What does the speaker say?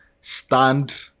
stand